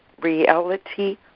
reality